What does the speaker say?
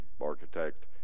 architect